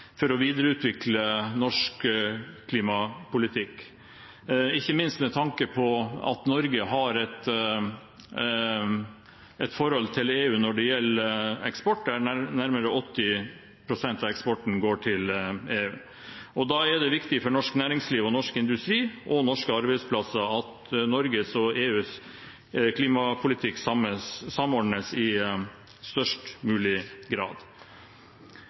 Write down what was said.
for å videreutvikle norsk klimapolitikk, ikke minst med tanke på at Norge har et forhold til EU når det gjelder eksport. Nærmere 80 pst. av eksporten går til EU. Da er det viktig for norsk næringsliv og norsk industri og norske arbeidsplasser at Norges og EUs klimapolitikk samordnes i størst mulig grad.